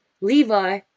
Levi